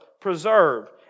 preserved